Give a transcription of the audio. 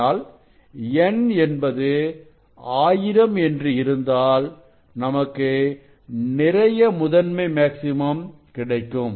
ஆனால் N என்பது ஆயிரம் என்று இருந்தாள் நமக்கு நிறைய முதன்மை மேக்ஸிமம் கிடைக்கும்